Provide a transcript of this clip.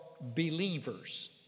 believers